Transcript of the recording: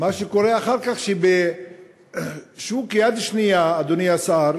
מה שקורה אחר כך, שבשוק יד שנייה, אדוני השר,